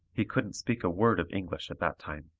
he couldn't speak a word of english at that time.